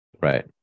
Right